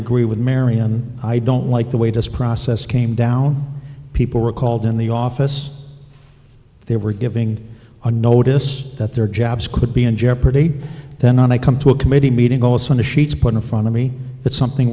agree with marian i don't like the way does process came down people were called in the office they were giving a notice that their jobs could be in jeopardy then i come to a committee meeting goes on the sheets put in front of me that something